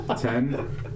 Ten